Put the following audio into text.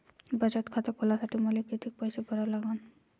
बचत खात खोलासाठी मले किती पैसे भरा लागन?